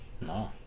No